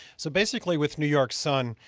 so basically, with new york sun,